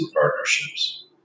partnerships